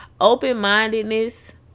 Open-mindedness